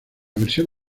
versión